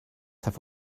have